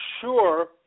sure